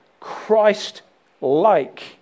christ-like